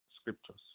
scriptures